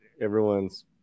everyone's